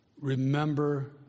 remember